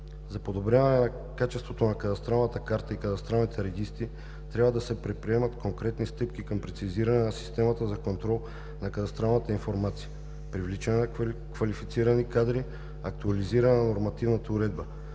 за подобряване на качеството на кадастралната карта и кадастралните регистри трябва да се предприемат конкретни стъпки към прецизиране на системата за контрол на кадастралната информация, привличане на квалифицирани кадри, актуализиране на нормативната уредба,